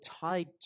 tied